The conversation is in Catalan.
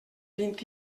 vint